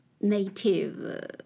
native